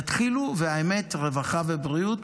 תתחילו, והאמת היא שרווחה ובריאות